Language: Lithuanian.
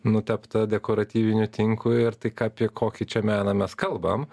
nutepta dekoratyviniu tinku ir tik apie kokį čia meną mes kalbam